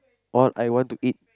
all I want to eat